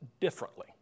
differently